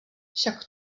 však